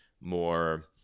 more